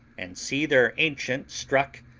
and see their ancient struck,